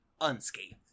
unscathed